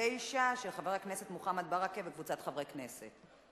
2009, של חבר הכנסת מוחמד ברכה וקבוצת חברי הכנסת.